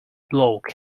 bloke